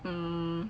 hmm